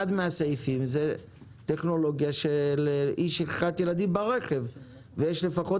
אחד הסעיפים הוא טכנולוגיה של אי שכחת ילדים ברכב ויש לפחות